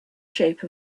shape